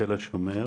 בתל השומר.